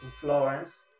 Florence